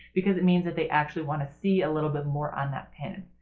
because it means that they actually want to see a little bit more on that pin.